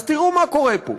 אז תראו מה קורה פה.